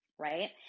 Right